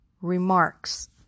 remarks